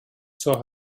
zur